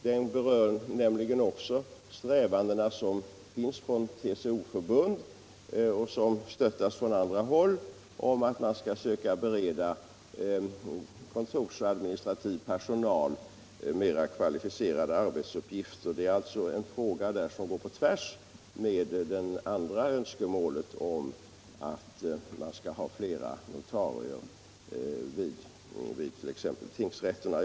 Den berör nämligen också vissa TCO-förbunds strävanden att bereda kontorsadministrativ personal mer kvalificerade arbetsuppgifter, och dessa strävanden stöttas från andra håll. Det är alltså strävanden som går tvärsemot önskemålet att ha flera notarier vid t.ex. tingsrätterna.